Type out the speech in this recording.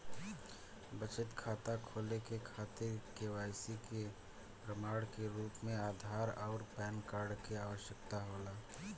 बचत खाता खोले के खातिर केवाइसी के प्रमाण के रूप में आधार आउर पैन कार्ड के आवश्यकता होला